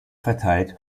verteilt